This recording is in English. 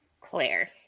Claire